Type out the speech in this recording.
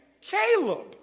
Caleb